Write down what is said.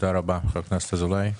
תודה רבה חבר הכנסת אזולאי.